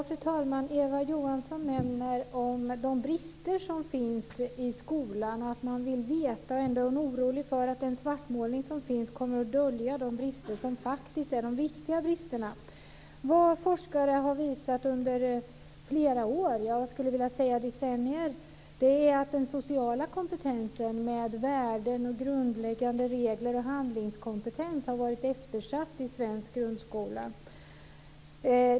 Fru talman! Eva Johansson nämner de brister som finns i skolan och att man vill veta. Ändå är hon orolig för att den svartmålning som finns kommer att dölja de brister som faktiskt är de viktiga bristerna. Det forskare har visat under flera år, jag skulle vilja säga decennier, är att den sociala kompetensen som gäller värden, grundläggande regler och handlingskompetens har varit eftersatt i svensk grundskola.